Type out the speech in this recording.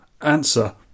Answer